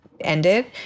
ended